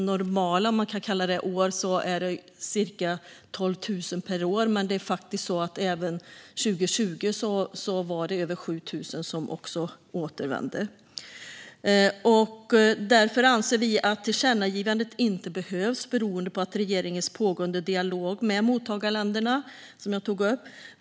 Normala år uppgår det till det cirka 12 000 per år, men även 2020 var det faktiskt över 7 000 som återvände. Därför anser vi att något tillkännagivande inte behövs, beroende på regeringens pågående dialog med mottagarländerna, som jag tog upp.